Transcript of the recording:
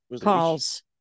calls